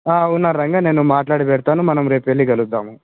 ఉన్నారు రంగ నేను మాట్లాడి పెడతాను మనము రేపు వెళ్ళి కలుద్దాము